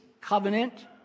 covenant